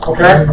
Okay